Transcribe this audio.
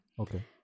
okay